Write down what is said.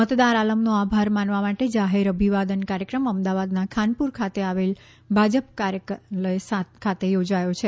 મતદાર આલમનો આભાર માનવા માટે જાહેર અભિવાદન કાર્યક્રમ અમદાવાદના ખાનપુર ખાતે આવેલા ભાજપ કાર્યાલય ખાતે યોજાયો છે